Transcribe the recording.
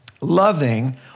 loving